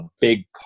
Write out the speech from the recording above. big